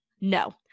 No